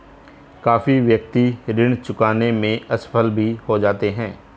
काफी व्यक्ति ऋण चुकाने में असफल भी हो जाते हैं